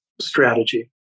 strategy